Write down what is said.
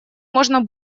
можно